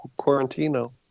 quarantino